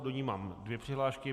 Do ní mám dvě přihlášky.